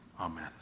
Amen